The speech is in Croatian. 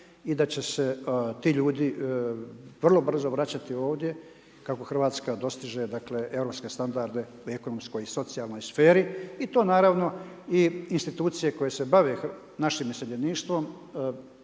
i da će se ti ljudi vrlo brzo vraćati ovdje kako Hrvatska dostiže europske standarde u ekonomskoj i socijalnoj sferi i to naravno i institucije koje se bave našim iseljeništvom